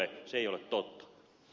se ei ole totta